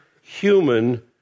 human